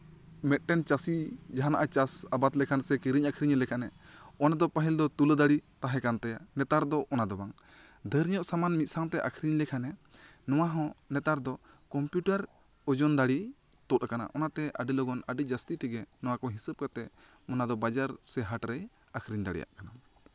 ᱢᱮᱫᱴᱮᱱ ᱪᱟᱥᱤ ᱡᱟᱦᱟᱱᱟᱜ ᱮ ᱪᱟᱥ ᱟᱵᱟᱫ ᱞᱮᱠᱷᱟᱱ ᱥᱮ ᱠᱤᱨᱤᱧ ᱟᱠᱷᱨᱤᱧ ᱞᱮᱠᱷᱟᱱᱮ ᱚᱱᱰᱮ ᱫᱚ ᱯᱟᱦᱤᱞ ᱫᱚ ᱛᱩᱞᱟᱹ ᱫᱟᱲᱤ ᱛᱟᱦᱮᱸ ᱠᱟᱱ ᱛᱟᱭᱟ ᱱᱮᱛᱟᱨ ᱫᱚ ᱚᱱᱟ ᱫᱚ ᱵᱟᱝ ᱰᱷᱟᱹᱨ ᱧᱚᱜ ᱥᱟᱢᱟᱱ ᱢᱤᱫ ᱥᱟᱝᱛᱮ ᱟᱠᱷᱨᱤᱧ ᱞᱮᱠᱷᱟᱱ ᱮ ᱱᱚᱣᱟ ᱦᱚᱸ ᱱᱮᱛᱟᱨ ᱫᱚ ᱠᱚᱢᱯᱤᱭᱩᱴᱟᱨ ᱳᱡᱳᱱ ᱫᱟᱲᱤ ᱛᱳᱜ ᱠᱟᱱᱟ ᱚᱱᱟᱛᱮ ᱟᱹᱰᱤ ᱞᱚᱜᱚᱱ ᱟᱹᱰᱤ ᱡᱟᱥᱛᱤ ᱛᱮᱜᱮ ᱱᱚᱣᱟ ᱠᱚ ᱦᱤᱥᱟᱹᱵ ᱠᱟᱛᱮᱜ ᱚᱱᱟ ᱫᱚ ᱵᱟᱡᱟᱨ ᱥᱮ ᱦᱟᱴᱨᱮᱭ ᱟᱠᱷᱨᱤᱧ ᱫᱟᱲᱮᱭᱟᱜ ᱠᱟᱱᱟ